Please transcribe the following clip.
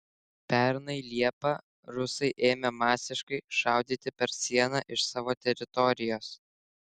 pernai liepą rusai ėmė masiškai šaudyti per sieną iš savo teritorijos